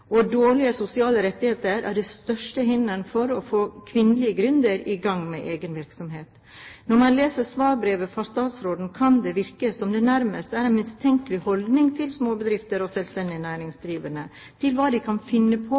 og dårlige sosiale rettigheter er det største hinderet for å få kvinnelige gründere i gang med egen virksomhet. Når man leser svarbrevet fra statsråden, kan det virke som om det nærmest er en mistenkelig holdning til småbedrifter og selvstendig næringsdrivende med hensyn til hva de kan finne på